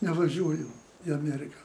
nevažiuoju į ameriką